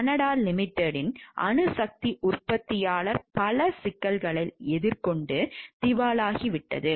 Canada லிமிடெட்டின் அணுசக்தி உற்பத்தியாளர் பல சிக்கல்களை எதிர்கொண்டு திவாலாகிவிட்டது